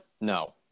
no